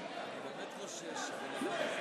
דבר על התקציב,